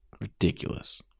ridiculous